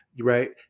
right